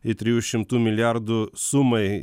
į trijų šimtų milijardų sumai